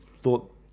thought